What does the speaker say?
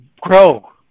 grow